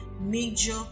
major